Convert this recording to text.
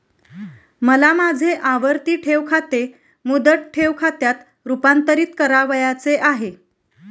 मला माझे आवर्ती ठेव खाते मुदत ठेव खात्यात रुपांतरीत करावयाचे आहे